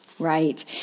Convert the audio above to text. Right